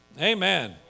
Amen